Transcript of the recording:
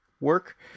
work